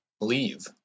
Leave